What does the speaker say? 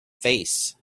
face